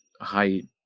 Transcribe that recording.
height